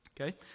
Okay